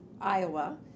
Iowa